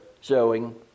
showing